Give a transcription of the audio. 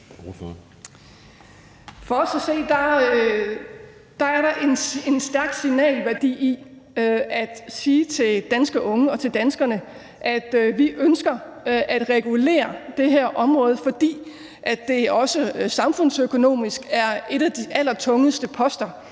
For os at se er der en stærk signalværdi i at sige til danske unge og til danskerne, at vi ønsker at regulere det her område, fordi rygning også samfundsøkonomisk er en af de tungeste poster,